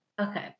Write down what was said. Okay